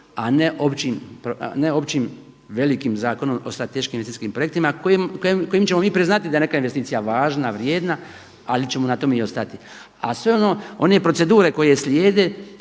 a ne općim velikim Zakonom o strateškim investicijskim projektima kojim ćemo mi priznati da je neka investicija važna, vrijedna ali ćemo na tome i ostati. A sve ono, one procedure koje slijede